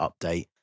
update